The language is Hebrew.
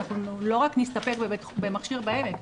אנחנו לא רק נסתפק במכשיר בהעמק,